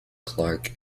clark